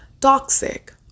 toxic